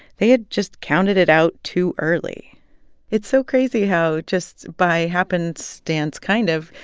they had just counted it out too early it's so crazy how, just by happenstance, kind of,